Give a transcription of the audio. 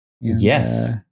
Yes